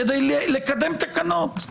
כדי לקדם תקנות,